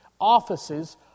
offices